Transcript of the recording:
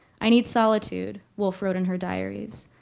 i need solitude wolf wrote and her diaries,